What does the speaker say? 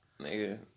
Nigga